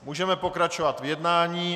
Můžeme pokračovat v jednání.